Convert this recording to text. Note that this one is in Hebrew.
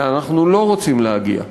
לאן אנחנו לא רוצים להגיע?